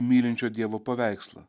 mylinčio dievo paveikslą